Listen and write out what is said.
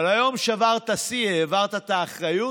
אבל היום שברת שיא, העברת האחריות